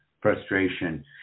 frustration